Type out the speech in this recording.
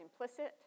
implicit